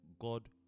God